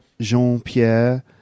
Jean-Pierre